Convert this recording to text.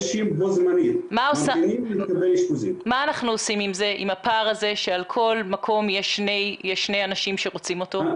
מה אנחנו עושים עם הפער הזה שעל כל מקום יש שני אנשים שרוצים אותו?